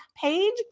page